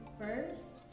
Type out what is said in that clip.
first